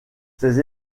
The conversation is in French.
ces